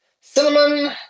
cinnamon